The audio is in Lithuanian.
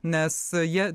nes jie